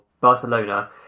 Barcelona